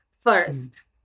first